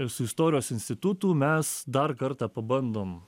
su istorijos institutu mes dar kartą pabandom